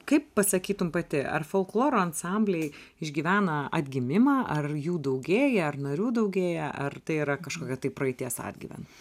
kaip pasakytum pati ar folkloro ansambliai išgyvena atgimimą ar jų daugėja ar narių daugėja ar tai yra kažkokia tai praeities atgyvena